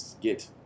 get